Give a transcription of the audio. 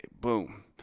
Boom